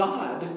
God